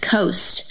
Coast